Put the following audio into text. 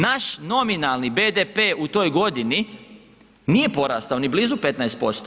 Naš nominalni BDP u toj godini nije porastao ni blizu 15%